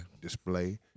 display